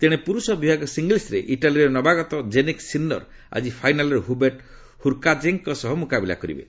ତେଣେ ପୁରୁଷ ବିଭାଗ ସିଙ୍ଗଲ୍ପରେ ଇଟାଲୀର ନବାଗତ କେନିକ୍ ସିନ୍ନର ଆଜି ଫାଇନାଲରେ ହୁବେର୍ଟ ହୁର୍କାଜେଙ୍କ ସହ ମୁକାବିଲା କରିବେ